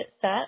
set